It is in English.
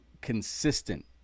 consistent